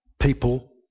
people